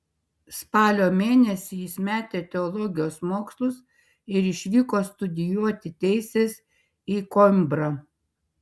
spalio mėnesį jis metė teologijos mokslus ir išvyko studijuoti teisės į koimbrą